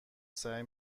سعی